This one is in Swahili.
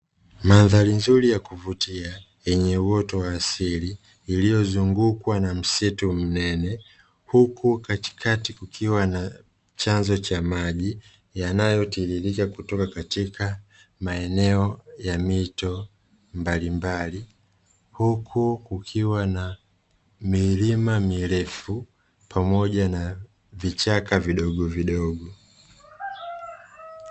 Mandhari nzuri ya kuvutia yenye uoto wa asili iliyozungukwa na msitu mnene huku katikati kukiwa na chanzo cha maji yanayotiririka kutoka katika maeneo ya mito mbalimbali huku kukiwa na milima mirefu pamoja na vichaka vidogo vidogo.